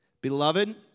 Beloved